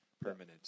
permanent